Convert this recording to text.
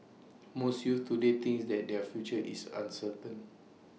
most youths today think that their future is uncertain